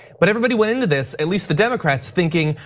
but everybody weighing to this, at least the democrats thinking,